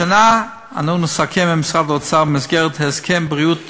השנה אנו נסכם עם משרד האוצר, במסגרת הסכם בריאות